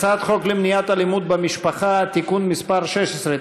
הצעת חוק למניעת אלימות במשפחה (תיקון מס' 16),